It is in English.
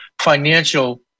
financial